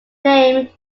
name